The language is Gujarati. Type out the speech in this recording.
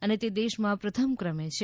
અને તે દેશમાં પ્રથમ ક્રમે છે